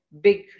big